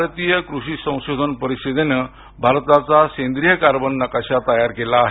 भारतीय कृषी संशोधन परिषदेनं भारताचा सेंद्रिय कार्बन नकाशा तयार केला आहे